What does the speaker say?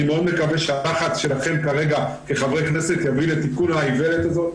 אני מאוד מקווה שהלחץ שלכם כרגע כחברי כנסת יביא לתיקון האיוולת הזאת,